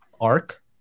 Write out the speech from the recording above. Arc